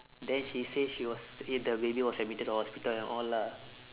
then she say she was in the review of admitted to hospital and all lah